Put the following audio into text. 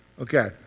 Okay